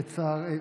לצערי,